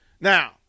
Now